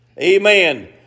Amen